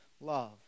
love